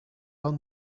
are